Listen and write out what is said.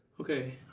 ok,